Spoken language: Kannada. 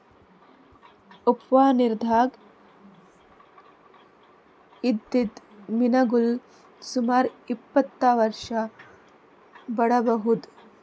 ಉಪ್ಪ್ ನಿರ್ದಾಗ್ ಇದ್ದಿದ್ದ್ ಮೀನಾಗೋಳ್ ಸುಮಾರ್ ಇಪ್ಪತ್ತ್ ವರ್ಷಾ ಬದ್ಕಬಹುದ್